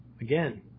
Again